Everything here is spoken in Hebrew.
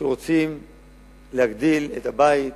שרוצים להגדיל את הבית,